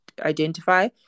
identify